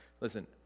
listen